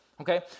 okay